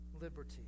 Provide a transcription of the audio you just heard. Liberty